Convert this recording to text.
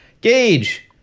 Gage